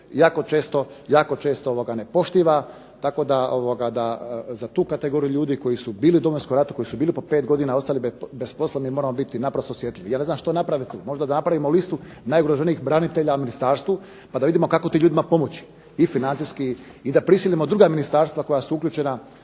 jako često ne poštiva, tako da za tu kategoriju ljudi koji su bili u Domovinskom ratu, koji su bili po 5 godina, ostali bez posla, mi moramo biti naprosto osjetljivi, ja ne znam što napraviti, možda da napravimo listu najugroženijih branitelja u ministarstvu pa da vidimo kako tim ljudima pomoći i financijski i da prisilimo druga ministarstva koja su uključena